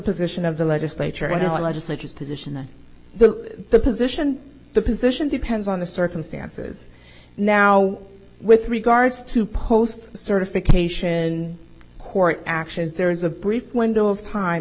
position of the legislature and the legislature is position on the position the position depends on the circumstances now with regards to post certification court actions there is a brief window of time